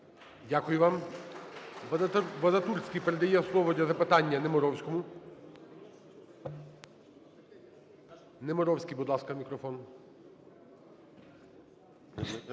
Дякую вам. Вадатурськийпередає слово для запитання Немировському. Немировський, будь ласка, мікрофон.